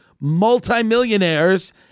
multimillionaires